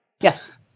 Yes